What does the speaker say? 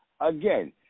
again